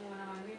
זה את מען המגורים.